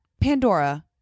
Pandora